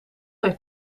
heeft